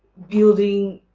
building